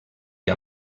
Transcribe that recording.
que